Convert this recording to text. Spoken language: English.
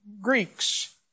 Greeks